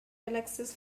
alexis